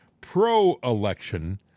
pro-election